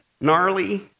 Gnarly